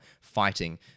fighting